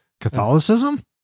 catholicism